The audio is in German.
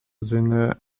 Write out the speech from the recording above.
sinne